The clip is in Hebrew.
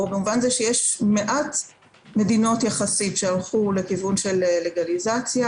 במובן הזה שיש יחסית מעט מדינות שהלכו לכיוון של לגליזציה.